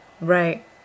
Right